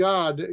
God